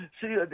see